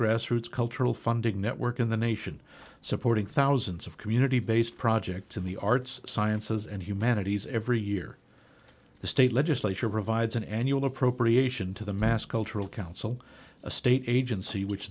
grassroots cultural funding network in the nation supporting thousands of community based projects in the arts sciences and humanities every year the state legislature provides an annual appropriation to the mass cultural council a state agency which